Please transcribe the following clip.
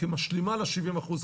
כמשלימה ל-70 אחוזים,